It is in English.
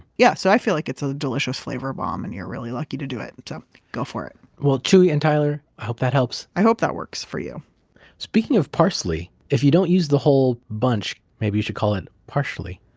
yeah so i feel like it's a delicious flavor bomb, and you're really lucky to do it. and so go for it well, chuy and tyler, i hope that helps i hope that works for you speaking of parsley, if you don't use the whole bunch, maybe you should call it partially